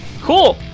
Cool